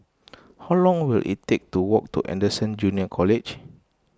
how long will it take to walk to Anderson Junior College